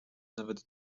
nawet